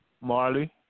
Marley